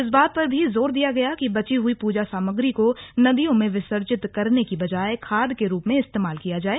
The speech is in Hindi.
इस बात पर भी जोर दिया गया कि बची हुई पूजा सामग्री को नदियों में विसर्जित करने की बजाय खाद के रूप में इस्तेमाल किया जाए